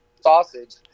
Sausage